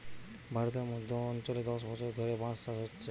ভারতের মধ্য অঞ্চলে দশ বছর ধরে বাঁশ চাষ হচ্ছে